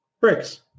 Bricks